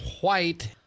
White